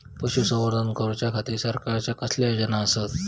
पशुसंवर्धन करूच्या खाती सरकारच्या कसल्या योजना आसत?